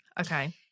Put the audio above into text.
Okay